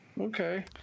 Okay